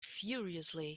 furiously